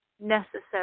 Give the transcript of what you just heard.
necessary